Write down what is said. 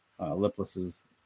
liplesses